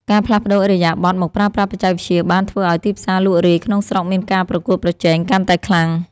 ការផ្លាស់ប្តូរឥរិយាបថមកប្រើប្រាស់បច្ចេកវិទ្យាបានធ្វើឱ្យទីផ្សារលក់រាយក្នុងស្រុកមានការប្រកួតប្រជែងកាន់តែខ្លាំង។